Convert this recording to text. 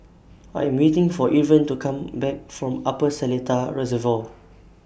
I Am waiting For Irven to Come Back from Upper Seletar Reservoir